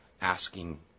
asking